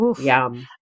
Yum